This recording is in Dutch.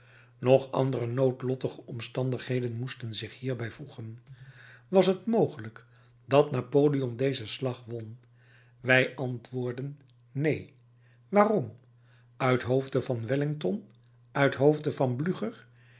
nog andere noodlottige omstandigheden moesten zich hierbij voegen was het mogelijk dat napoleon dezen slag won wij antwoorden neen waarom uithoofde van wellington uithoofde van blücher